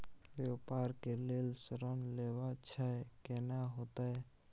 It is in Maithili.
व्यापार के लेल ऋण लेबा छै केना होतै?